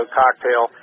cocktail